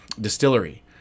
distillery